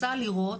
רוצה לראות.